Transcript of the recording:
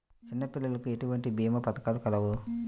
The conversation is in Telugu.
చిన్నపిల్లలకు ఎటువంటి భీమా పథకాలు కలవు?